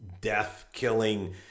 death-killing